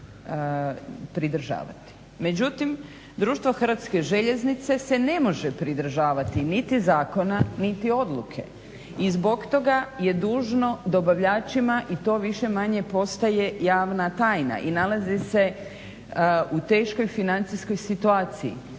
Međutim, društvo Hrvatske željeznice se ne može pridržavati niti zakona, niti odluke. I zbog toga je dužno dobavljačima i to više-manje postaje javna tajna, i nalazi se u teškoj financijskoj situaciji.